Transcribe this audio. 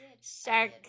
shark